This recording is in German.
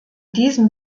diesem